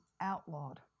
outlawed